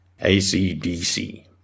AC-DC